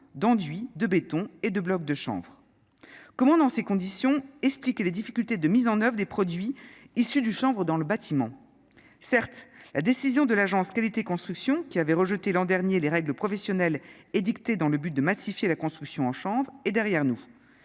d'enduits de béton et de blocs de chanvre comment dans ces conditions, explique les difficultés de mise en oeuvre des produits issus du chanvre dans le bâtiment, certes, la décision de l'Agence qualité construction qui avait rejeté l'an dernier les règles professionnelles édictées dans le but de massifier la construction en chambre est derrière nous